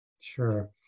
sure